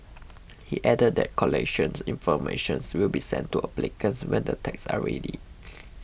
he added that collection information will be sent to applicants when the tags are ready